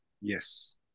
Yes